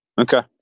Okay